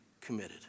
committed